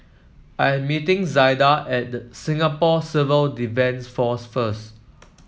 I am meeting Zaida at Singapore Civil Defence Force first